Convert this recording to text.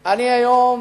אני אעשה היום